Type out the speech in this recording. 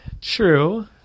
True